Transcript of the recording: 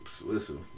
listen